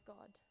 God